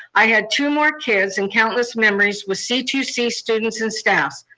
i had two more kids, and countless memories with c two c students and staffs.